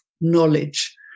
knowledge